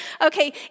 Okay